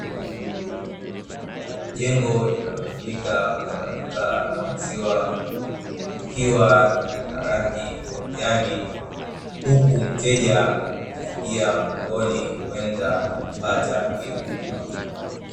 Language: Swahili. Jengo linalotumika kama duka la maziwa ikiwa na rangi ya kijani, huku mteja akiingia mlangoni kwenda kupata hiyo huduma.